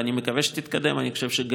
ואני מקווה שהיא תתקדם; אני חושב שהגליל